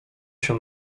się